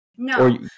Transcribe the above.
No